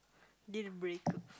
deal breaker